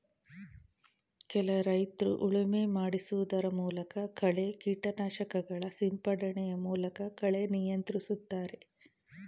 ಕೆಲ ರೈತ್ರು ಉಳುಮೆ ಮಾಡಿಸುವುದರ ಮೂಲಕ, ಕಳೆ ಕೀಟನಾಶಕಗಳ ಸಿಂಪಡಣೆಯ ಮೂಲಕ ಕಳೆ ನಿಯಂತ್ರಿಸ್ತರೆ